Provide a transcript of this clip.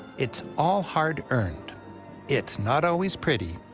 it's all hard-earned. it's not always pretty.